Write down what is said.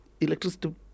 electricity